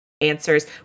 answers